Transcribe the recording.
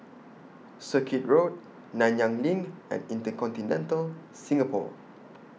Circuit Road Nanyang LINK and InterContinental Singapore